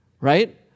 Right